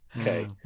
okay